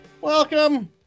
Welcome